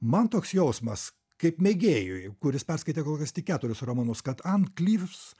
man toks jausmas kaip mėgėjui kuris perskaitė kol kas tik keturis romanus kad an klyvs